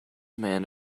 man